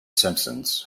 simpsons